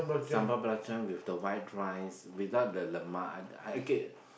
sambal belacan with the white rice without the lemak I I okay